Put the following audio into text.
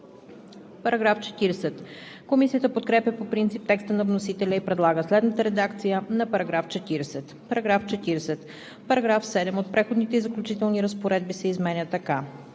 на Съвета.“ Комисията подкрепя по принцип текста на вносителя и предлага следната редакция на § 40: § 40. Параграф 7 от Преходните и заключителни разпоредби се изменя така: